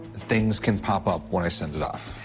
things can pop up when i send it off.